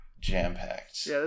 jam-packed